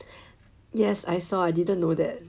yes I saw I didn't know that